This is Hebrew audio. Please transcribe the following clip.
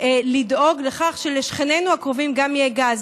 לדאוג לכך שלשכנינו הקרובים גם יהיה גז.